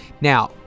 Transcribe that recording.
Now